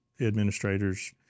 administrators